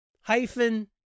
hyphen